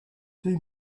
two